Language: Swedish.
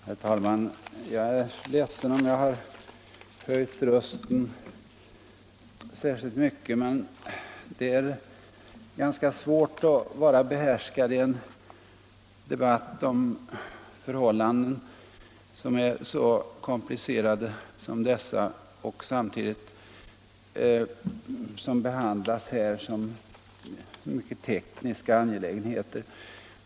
Herr talman! Jag är ledsen om jag har höjt rösten, men det är ganska svårt att vara behärskad i en debatt om förhållanden som är så komplicerade som dessa och som samtidigt behandlas här såsom enbart tekniska angelägenheter.